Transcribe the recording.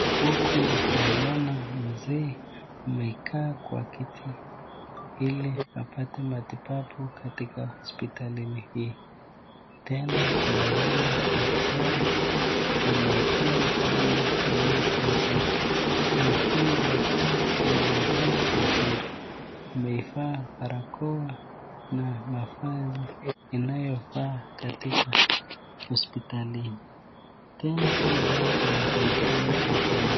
Huku naona mzee ameketi kwa kiti ili apate matibabu katika hospitalini hii, tena naiona daktari anaipea chanjo huyu mzee, na huyu daktari amevaa vizuri, amevaa barakao na mavazi inayofaa katika hospitalini, tena hii dawa inasaida mtu ako na.